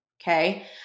Okay